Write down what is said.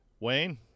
Wayne